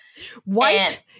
White